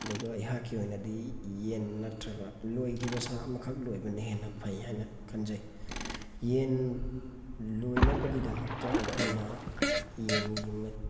ꯑꯗꯨꯒ ꯑꯩꯍꯥꯛꯀꯤ ꯑꯣꯏꯅꯗꯤ ꯌꯦꯟ ꯅꯠꯇ꯭ꯔꯒ ꯂꯣꯏꯈꯤꯕ ꯁꯥ ꯑꯃꯈꯛ ꯂꯣꯏꯕꯅ ꯍꯦꯟꯅ ꯐꯩ ꯍꯥꯏꯅ ꯈꯟꯖꯩ ꯌꯦꯟ ꯂꯣꯏꯅꯕꯒꯤꯗꯃꯛꯇ ꯑꯩꯈꯣꯏꯅ ꯌꯦꯟꯒꯤ